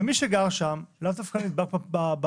מי שגר שם אז ולאו דווקא נדבק במחלה,